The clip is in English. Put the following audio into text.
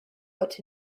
what